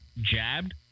jabbed